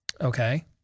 Okay